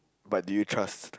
but do you trust